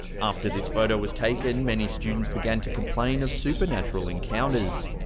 after this photo was taken, many students began to complain of supernatural encounters,